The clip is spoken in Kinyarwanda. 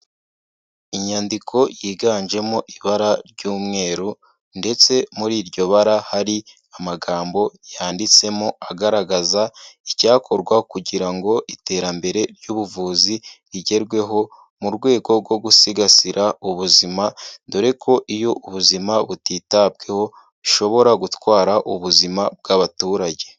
Inyandiko yiganjemo ibara ry'umweru ndetse muri iryo bara hari amagambo yanditsemo agaragaza icyakorwa kugira ngo iterambere ry'ubuvuzi rigerweho, mu rwego rwo gusigasira ubuzima, dore ko iyo ubuzima butitabweho bushobora gutwara ubuzima bw'abaturage.